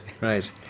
right